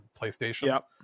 playstation